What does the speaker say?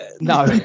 no